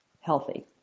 healthy